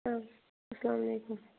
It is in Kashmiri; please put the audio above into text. اَسَلام علیکُم